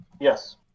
Yes